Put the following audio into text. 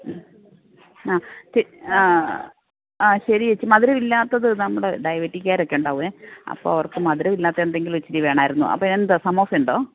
ആ ആ ആ ശരി ഏച്ചി മധുരം ഇല്ലാത്തത് നമ്മുടെ ഡയബറ്റിക്കാരൊക്കെ ഉണ്ടാവുമേ അപ്പോൾ അവർക്ക് മധുരമില്ലാത്ത എന്തെങ്കിലും ഇച്ചിരി വേണമായിരുന്നു അപ്പോൾ എന്തോ സമൂസ ഉണ്ടോ